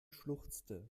schluchzte